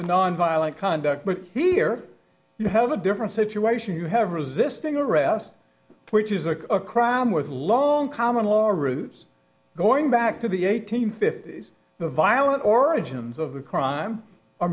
a nonviolent conduct but here you have a different situation you have resisting arrest which is a crime with long common law roots going back to the eighteenth if the violent origins of the crime